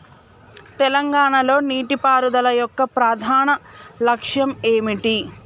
తెలంగాణ లో నీటిపారుదల యొక్క ప్రధాన లక్ష్యం ఏమిటి?